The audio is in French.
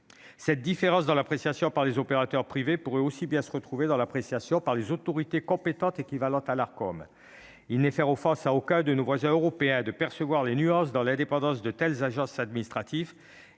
Cette différence d'appréciation chez les opérateurs privés pourrait également se retrouver parmi les autorités compétentes équivalentes à l'Arcom. Ce n'est faire offense à aucun de nos voisins européens que de percevoir les nuances dans l'indépendance de ces agences administratives